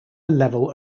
level